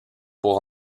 pour